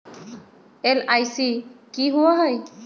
LIC की होअ हई?